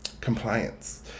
compliance